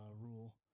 rule